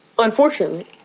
Unfortunately